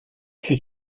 fut